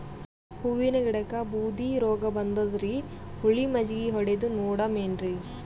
ಹೂವಿನ ಗಿಡಕ್ಕ ಬೂದಿ ರೋಗಬಂದದರಿ, ಹುಳಿ ಮಜ್ಜಗಿ ಹೊಡದು ನೋಡಮ ಏನ್ರೀ?